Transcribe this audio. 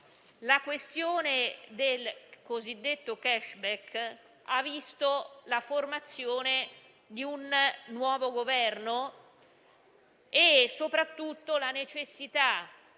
la questione del cosiddetto *cashback* ha visto la formazione di un nuovo Governo e, soprattutto, la necessità